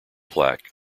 plaque